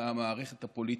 מהמערכת הפוליטית.